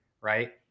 right